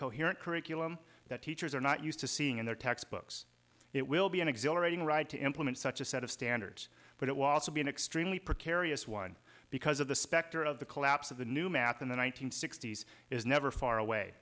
coherent curriculum that teachers are not used to seeing in their textbooks it will be an exhilarating ride to implement such a set of standards but it was to be an extremely precarious one because of the specter of the collapse of the new math in the one nine hundred sixty s is never far away